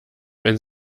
wenn